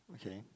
okay